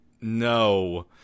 No